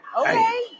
Okay